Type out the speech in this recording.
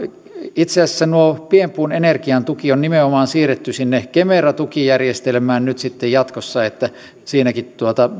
itse asiassa tuo pienpuun energiatuki on nimenomaan siirretty sinne kemera tukijärjestelmään nyt jatkossa että siinäkin